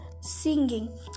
singing